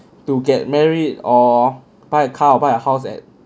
to get married or buy a car or buy a house at